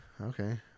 Okay